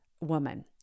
woman